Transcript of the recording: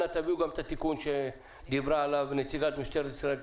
אנא תביאו גם את התיקון שדיברה עליו נציגת משטרת ישראל,